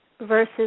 versus